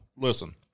listen